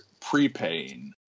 prepaying